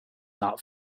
not